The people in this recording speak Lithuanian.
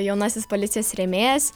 jaunasis policijos rėmėjas